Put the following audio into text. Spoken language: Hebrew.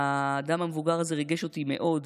האדם המבוגר הזה ריגש אותי מאוד.